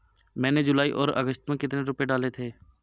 मैंने जुलाई और अगस्त में कितने रुपये डाले थे?